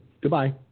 goodbye